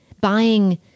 buying